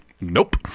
nope